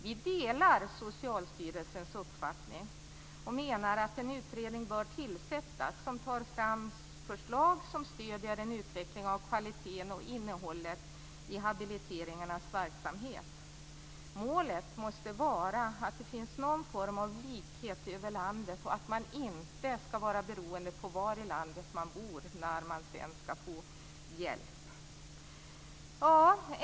Vi delar Socialstyrelsens uppfattning och menar att en utredning bör tillsättas som tar fram förslag som stöder en utveckling av kvaliteten och innehållet i habiliteringarnas verksamhet. Målet måste vara att det finns någon form av likhet över landet och att det inte ska vara beroende på var i landet man bor när man sedan ska få hjälp.